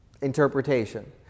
interpretation